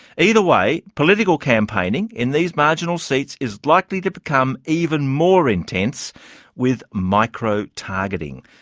either way, political campaigning in these marginal seats is likely to become even more intense with micro-targeting.